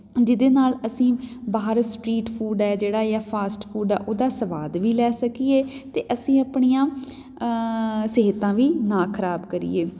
ਜਿਹਦੇ ਨਾਲ ਅਸੀਂ ਬਾਹਰ ਸਟ੍ਰੀਟ ਫੂਡ ਹੈ ਜਿਹੜਾ ਜਾਂ ਫਾਸਟ ਫੂਡ ਆ ਉਹਦਾ ਸਵਾਦ ਵੀ ਲੈ ਸਕੀਏ ਤੇ ਅਸੀਂ ਆਪਣੀਆਂ ਸਿਹਤਾਂ ਵੀ ਨਾ ਖਰਾਬ ਕਰੀਏ